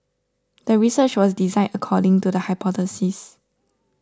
the research was designed according to the hypothesis